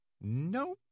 Nope